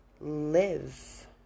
live